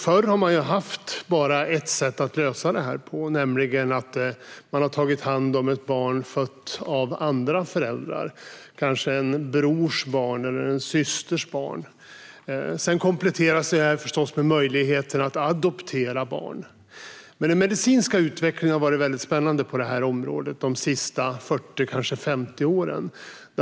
Förr har man bara haft ett sätt att lösa det här på, nämligen att man har tagit hand om ett barn fött av andra föräldrar, kanske en brors eller en systers barn. Sedan kompletteras det förstås med möjligheten att adoptera barn. Men den medicinska utvecklingen har varit väldigt spännande på det här området de sista 40 eller kanske 50 åren.